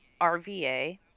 RVA